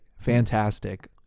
Fantastic